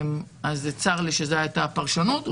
צר לי שזו הייתה הפרשנות.